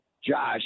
josh